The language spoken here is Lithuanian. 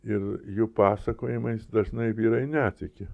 ir jų pasakojimais dažnai vyrai netiki